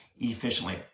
efficiently